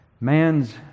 man's